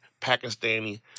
Pakistani